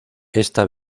esta